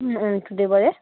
এইটো দেওবাৰে